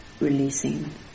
releasing